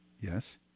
Yes